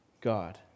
God